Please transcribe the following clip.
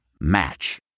Match